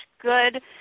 good